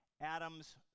Adam's